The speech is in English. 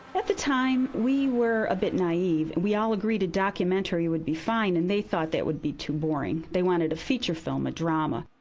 at the time, we were a bit naive. we all agreed a documentary would be fine, and they thought that would be too boring. they wanted a feature film, a drama.